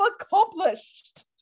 accomplished